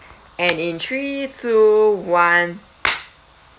and in three two one